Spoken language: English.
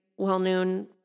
Well-known